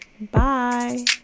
bye